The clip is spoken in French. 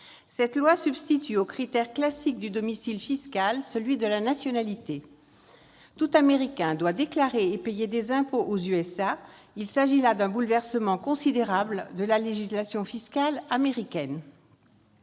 Cette loi substitue au critère classique du domicile fiscal celui de la nationalité : tout Américain doit déclarer et payer des impôts aux États-Unis. Il s'agit là d'un bouleversement considérable de la législation fiscale américaine.